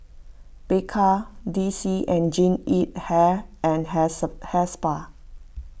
Bika D C and Jean Yip Hair and hairs Hair Spa